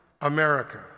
America